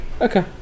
Okay